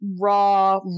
raw